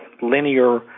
linear